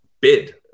bid